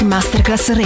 Masterclass